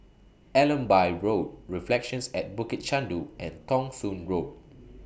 Allenby Road Reflections At Bukit Chandu and Thong Soon Road